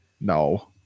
No